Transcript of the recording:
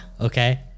Okay